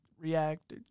react